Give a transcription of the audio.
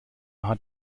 hat